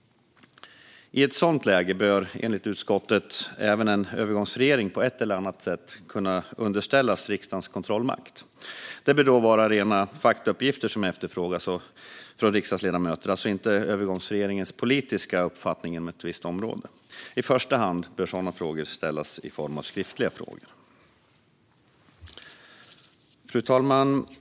I ett sådant läge bör, enligt konstitutionsutskottet, även en övergångsregering på ett eller annat sätt kunna underställas riksdagens kontrollmakt. Det bör då vara rena faktauppgifter som efterfrågas från riksdagsledamöter, alltså inte övergångsregeringens politiska uppfattning inom ett visst område. I första hand bör sådana frågor ställas i form av skriftliga frågor. Fru talman!